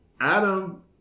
Adam